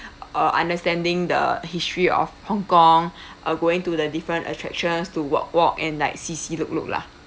uh understanding the history of hong kong uh going to the different attractions to walk walk and like see see look look lah